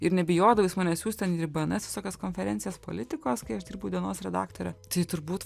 ir nebijodavo jis manęs siųst ten ir į bns visokias konferencijas politikos kai aš dirbau dienos redaktore tai turbūt